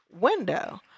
window